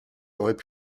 auraient